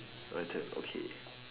right tap okay